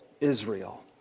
Israel